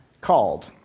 called